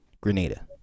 Grenada